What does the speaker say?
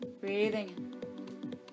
Breathing